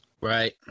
Right